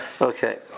Okay